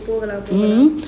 போகலாம்:pogalaam